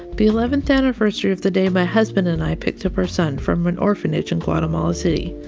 the eleventh anniversary of the day my husband and i picked up our son from an orphanage in guatemala city.